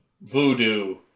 voodoo